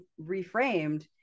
reframed